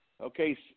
Okay